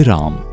Ram